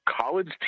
college